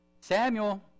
Samuel